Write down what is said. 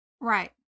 Right